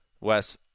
Wes